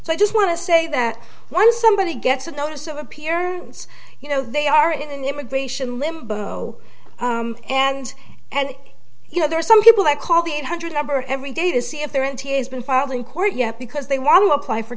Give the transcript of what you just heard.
so i just want to say that once somebody gets a notice of appearance you know they are in an immigration limbo and and you know there are some people that call the eight hundred number every day to see if they're empty has been filed in court yet because they want to apply for